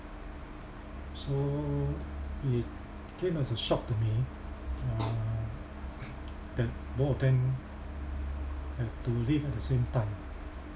so it came as a shock to me uh that both of them had to leave at the same time